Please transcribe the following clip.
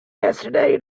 yesterday